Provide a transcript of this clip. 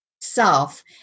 self